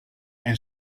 and